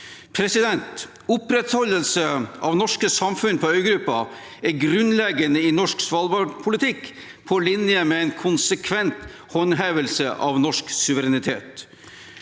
muligheter. Opprettholdelse av norske samfunn på øygruppen er grunnleggende i norsk svalbardpolitikk, på linje med en konsekvent håndhevelse av norsk suverenitet.